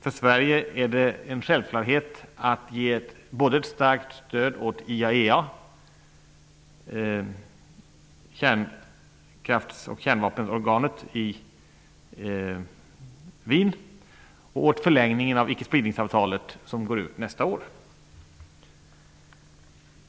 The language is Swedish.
För Sverige är det en självklarhet att ge ett starkt stöd både åt IAEA, kärnkrafts och kärnvapenorganet i Wien, och åt förlängningen av ickespridningsavtalet, som går ut nästa år.